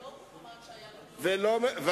יאללה.